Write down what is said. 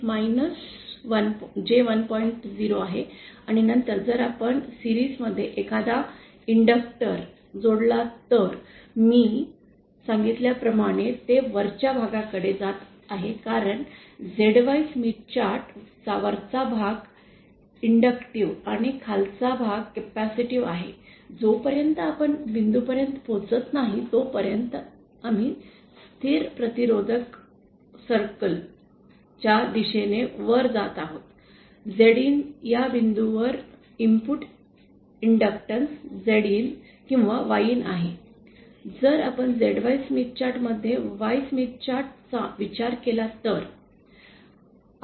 0 आहे आणि नंतर जर आपण मालिकेत एखादा इंडक्टर् जोडला तर मी वर सांगितल्याप्रमाणे ते वरच्या भागाकडे जात आहे कारण ZY स्मिथ चार्ट चा वरचा भाग इंडक्टीव्ह आणि खालचा भाग कॅपेसिटीव्ह आहे जोपर्यंत आपण या बिंदूपर्यंत पोहोचत नाही तोपर्यंत आम्ही स्थिर प्रतिरोधक वर्तुळा च्या दिशेने वर जात आहोत Zin या बिंदूवर इनपुट इंडक्टॅन्स Zin किंवा Yin आहे जर आपण ZY स्मिथ चार्ट मध्ये Y स्मिथ चार्ट चा विचार केला तर